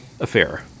affair